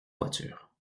voiture